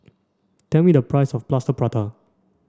tell me the price of Plaster Prata